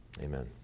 Amen